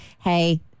Hey